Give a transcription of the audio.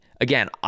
again